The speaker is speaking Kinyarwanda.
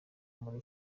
muri